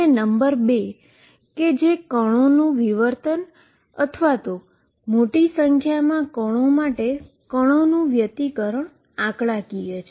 number 2 ના પાર્ટીકલનું diffraction અથવા મોટી સંખ્યામાં પાર્ટીકલ માટે પાર્ટીકલનું ઈન્ટરફીઅરન્સ આંકડાકીય છે